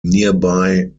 nearby